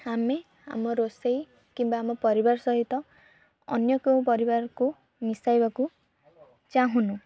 ଆମେ ଆମ ରୋଷେଇ କିମ୍ବା ଆମ ପରିବାର ସହିତ ଅନ୍ୟ କେଉଁ ପରିବାରକୁ ମିଶାଇବାକୁ ଚାଁହୁନୁ